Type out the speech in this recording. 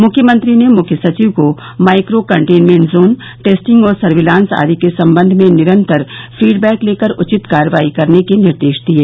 मुख्यमंत्री ने मुख्य सचिव को माइक्रो कंटेन्मेंट जोन टेस्टिंग और सर्विलांस आदि के संबंध में निरन्तर फीडबैक लेकर उचित कार्रवाई करने के निर्देश दिये